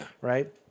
right